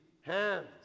hands